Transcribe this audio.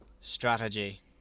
strategy